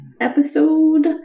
episode